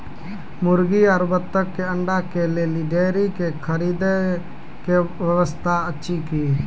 मुर्गी आरु बत्तक के अंडा के लेल डेयरी के खरीदे के व्यवस्था अछि कि?